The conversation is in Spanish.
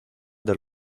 del